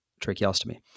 tracheostomy